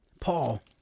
Paul